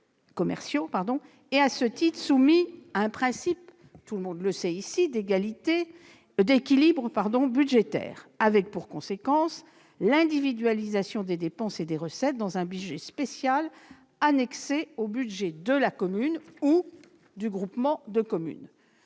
et à ce titre soumis à un principe, que chacun connaît, d'équilibre budgétaire, avec pour conséquence l'individualisation des dépenses et des recettes dans un budget spécial annexé au budget de la commune ou du groupement de communes.